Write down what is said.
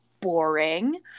boring